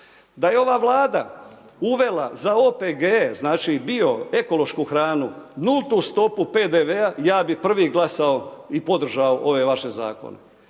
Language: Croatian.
Da je ova Vlada uvela za OPG, znači bio, ekološku hranu nultu stopu PDV-a, ja bih prvi glasao i podržao ove vaše zakone.